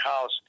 house